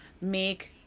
make